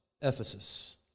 Ephesus